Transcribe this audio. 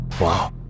Wow